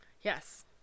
yes